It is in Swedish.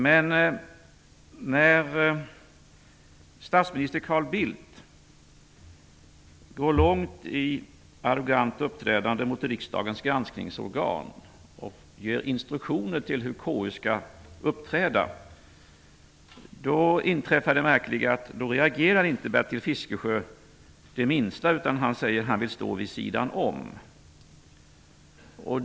Men när statsminister Carl Bildt går långt i arrogant uppträdande mot riksdagens granskningsorgan och ger instruktioner till hur KU skall uppträda, då inträffar det märkliga att Bertil Fiskesjö inte reagerar det minsta. Han säger att han vill stå vid sidan av.